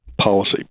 policy